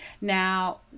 Now